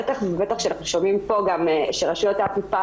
בטח ובטח כשאנחנו שומעים פה שרשויות האכיפה